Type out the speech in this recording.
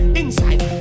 inside